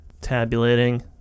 tabulating